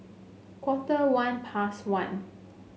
quarter one past one